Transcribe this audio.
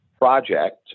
project